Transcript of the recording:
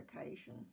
occasion